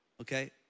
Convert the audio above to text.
Okay